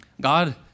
God